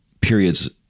periods